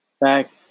back